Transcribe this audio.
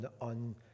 on